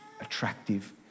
attractive